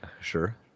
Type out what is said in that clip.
Sure